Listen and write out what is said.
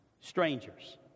strangers